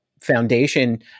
foundation